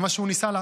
זה מה שהוא ניסה.